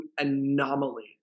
anomaly